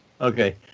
Okay